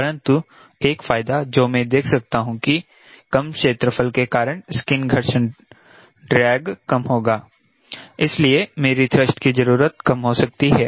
परंतु एक फायदा जो मैं देख सकता हूं कि कम क्षेत्रफल के कारण स्किन घर्षण ड्रैग कम होगा इसलिए मेरी थ्रस्ट की जरूरत कम हो सकती है